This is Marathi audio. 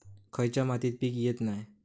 खयच्या मातीत पीक येत नाय?